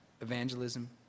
evangelism